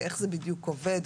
איך זה בדיוק עובד,